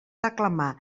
reclamar